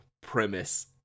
premise